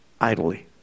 idly